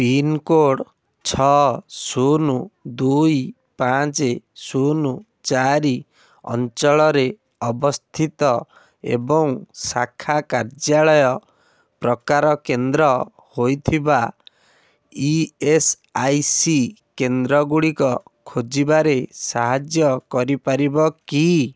pin code ଛଅ ଶୂନ ଦୁଇ ପାଞ୍ଚ ଶୂନ ଚାରି ଅଞ୍ଚଳରେ ଅବସ୍ଥିତ ଏବଂ ଶାଖା କାର୍ଯ୍ୟାଳୟ ପ୍ରକାର କେନ୍ଦ୍ର ହୋଇଥିବା ଇ ଏସ୍ ଆଇ ସି କେନ୍ଦ୍ର ଗୁଡ଼ିକ ଖୋଜିବାରେ ସାହାଯ୍ୟ କରିପାରିବ କି